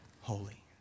holy